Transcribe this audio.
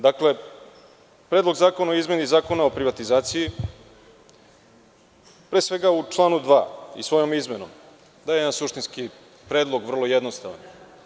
Dakle, Predlog zakona o izmeni Zakona o privatizaciji, pre svega, u članu 2. i svojom izmenom daje suštinski predlog, vrlo jednostavan.